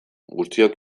guztiok